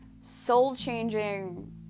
soul-changing